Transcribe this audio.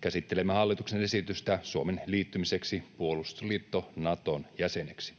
Käsittelemme hallituksen esitystä Suomen liittymiseksi puolustusliitto Naton jäseneksi.